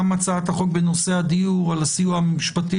גם הצעת החוק בנושא הדיור על הסיוע המשפטי,